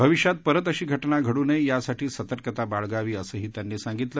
भविष्यात परत अशी घटना घडू नये यासाठी सतर्कता बाळगावी असंही त्यांनी सांगितलं